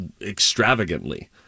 extravagantly